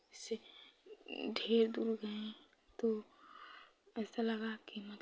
जैसे ढेर दूर हैं तो पैसा लगाकर मतलब